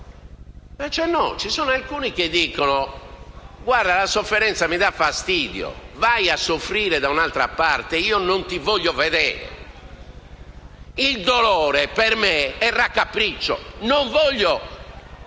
Ci sono alcuni che dicono: «La sofferenza mi dà fastidio; vai a soffrire da un'altra parte, io non ti voglio vedere. Il dolore per me è raccapriccio, non voglio avere